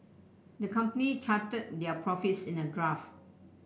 the company charted their profits in a graph